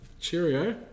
Cheerio